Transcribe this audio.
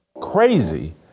crazy